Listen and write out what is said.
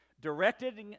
directed